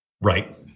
Right